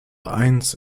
eins